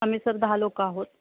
आम्ही सर दहा लोक आहोत